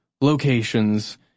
locations